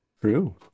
True